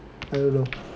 I don't know